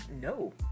No